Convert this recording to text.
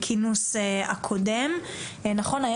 בכינוס הקודם, נכון?